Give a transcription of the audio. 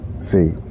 See